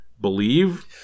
believe